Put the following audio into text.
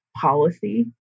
policy